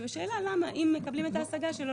השאלה היא למה אם מקבלים את ההשגה שלו,